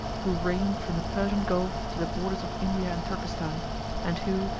who reigned from the persian gulf to the borders of india and turkestan and who,